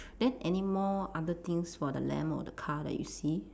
then anymore other things for the lamp or the car that you see